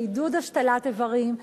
לעידוד השתלת איברים,